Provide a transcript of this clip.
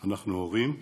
אנחנו הורים.